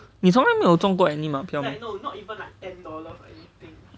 你从来没有中过 any 马票 meh